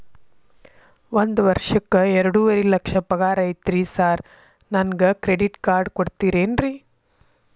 ಒಂದ್ ವರ್ಷಕ್ಕ ಎರಡುವರಿ ಲಕ್ಷ ಪಗಾರ ಐತ್ರಿ ಸಾರ್ ನನ್ಗ ಕ್ರೆಡಿಟ್ ಕಾರ್ಡ್ ಕೊಡ್ತೇರೆನ್ರಿ?